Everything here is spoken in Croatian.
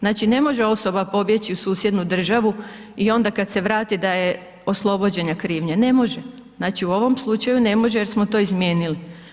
Znači ne može osoba pobjeći u susjednu državu i onda kad se vrati da je oslobođena krivnje, ne može, znači o ovom slučaju ne može jer smo to izmijenili.